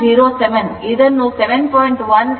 07 ಇದನ್ನು 7